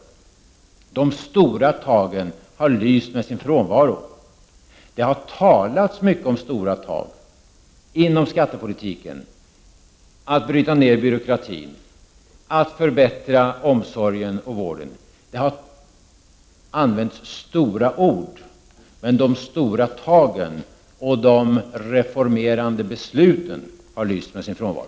De stora tagen har lyst med sin frånvaro. Det har talats mycket om stora tag inom skattepolitiken, att man skall bryta ned byråkratin och förbättra omsorgen och vården. Stora ord har använts, men de stora tagen och de reformerande besluten har lyst med sin frånvaro.